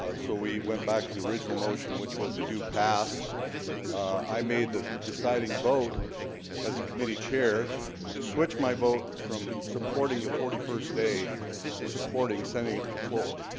ah so we went back to the original motion which was a do pass i made the deciding vote as a committee chair switched my vote from supporting the forty first day to supporting sending it the floor